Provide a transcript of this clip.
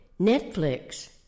Netflix